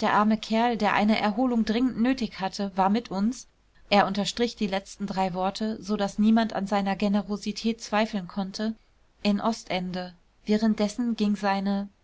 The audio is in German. der arme kerl der eine erholung dringend nötig hatte war mit uns er unterstrich die letzten drei worte so daß niemand an seiner generosität zweifeln konnte in ostende währenddessen ging seine